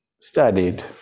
studied